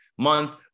month